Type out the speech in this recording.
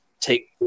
Take